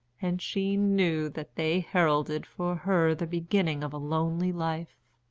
and she knew that they heralded for her the beginning of a lonely life.